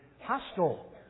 hostile